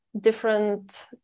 different